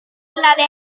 discesa